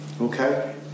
Okay